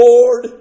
Lord